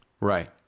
Right